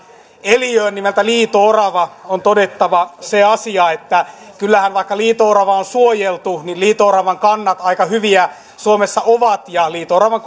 eliöstä nimeltä liito orava on todettava se asia että vaikka liito orava on suojeltu niin kyllähän liito oravan kannat aika hyviä suomessa ovat liito oravan